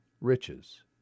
riches